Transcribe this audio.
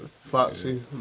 Foxy